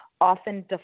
often